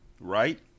Right